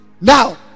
now